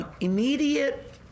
immediate